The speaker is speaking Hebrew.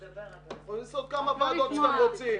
תעשו כמה ועדות שאתם רוצים.